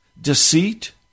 Deceit